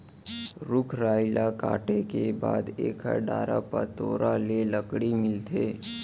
रूख राई ल काटे के बाद एकर डारा पतोरा ले लकड़ी मिलथे